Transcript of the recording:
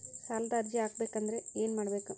ಸಾಲದ ಅರ್ಜಿ ಹಾಕಬೇಕಾದರೆ ಏನು ಬೇಕು?